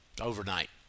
overnight